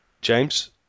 James